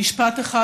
במשפט אחד,